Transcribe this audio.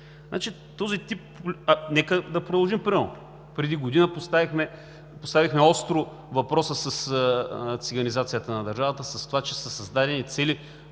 Нека да продължим. Преди година поставихме остро въпроса с циганизацията на държавата, с това, че са създадени цели